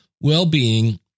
well-being